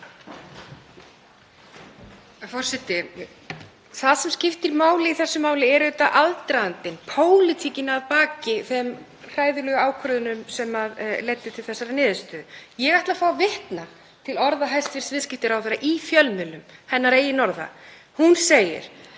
Það sem skiptir máli í þessu er auðvitað aðdragandinn, pólitíkin að baki þeim hræðilegu ákvörðunum sem leiddu til þessarar niðurstöðu. Ég ætla að fá að vitna til orða hæstv. viðskiptaráðherra í fjölmiðlum, hennar eigin orða. Hún segir,